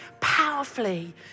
powerfully